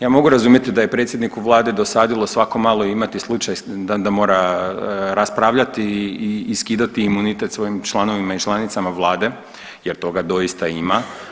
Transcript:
Ja mogu razumjeti da je predsjedniku Vlade dosadilo svako malo imati slučaj da mora raspravljati i skidati imunitet svojim članovima i članicama Vlade jer toga doista ima.